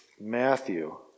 Matthew